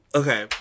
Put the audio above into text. okay